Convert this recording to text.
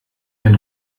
den